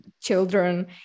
children